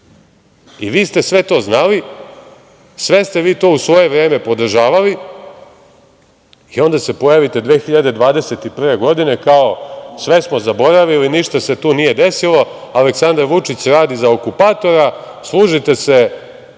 i vi ste sve to znali, sve ste vi to u svoje vreme podržavali i onda se pojavite 2021. godine, sve smo zaboravili, ništa se tu nije desilo, Aleksandar Vučić radi za okupatora, služite se…